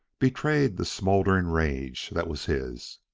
betrayed the smouldering rage that was his.